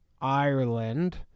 Ireland